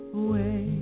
away